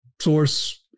source